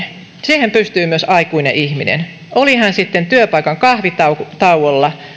siihen pystyy myös aikuinen ihminen oli hän sitten työpaikan kahvitauolla